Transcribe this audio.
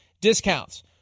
discounts